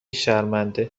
شرمنده